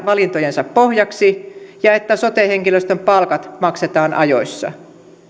valintojensa pohjaksi ja että sote henkilöstön palkat maksetaan ajoissa